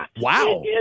Wow